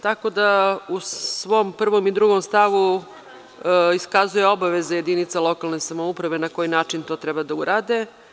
Tako da u svom prvom i drugom stavu iskazuje obaveze jedinice lokalne samouprave na koji način to treba da urade.